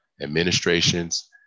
administrations